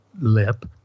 lip